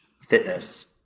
fitness